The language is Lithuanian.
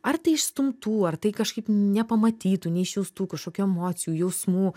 ar tai išstumtų ar tai kažkaip nepamatytų neišjaustų kažkokių emocijų jausmų